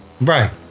right